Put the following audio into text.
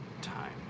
Time